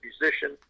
musician